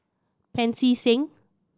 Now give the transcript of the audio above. Pancy Seng